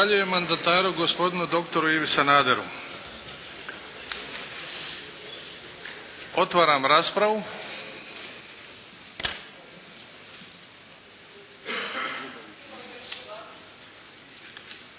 Zahvaljujem mandataru gospodinu doktoru Ivi Sanaderu. Otvaram raspravu.